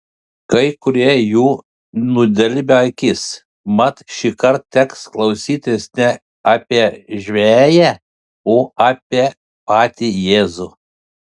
kai kurie jų nudelbia akis mat šįkart teks klausytis ne apie žveję o apie patį jėzų